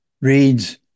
reads